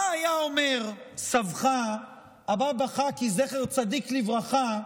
מה היה אומר סבך הבבא חאקי, זכר צדיק לברכה,